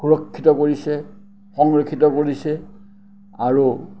সুৰক্ষিত কৰিছে সংৰক্ষিত কৰিছে আৰু